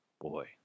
Boy